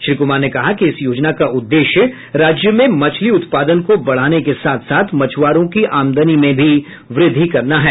श्री कुमार ने कहा कि इस योजना का उद्देश्य राज्य में मछली उत्पादन को बढ़ाने के साथ साथ मछुआरों की आमदनी में भी वृद्धि करना है